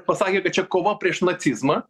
pasakė kad čia kova prieš nacizmą